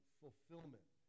fulfillment